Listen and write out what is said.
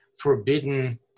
forbidden